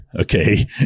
okay